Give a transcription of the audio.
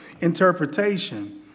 interpretation